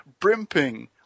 brimping